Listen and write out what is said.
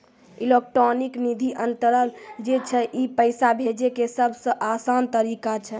electronic निधि अन्तरन जे छै ई पैसा भेजै के सभ से असान तरिका छै